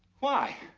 why?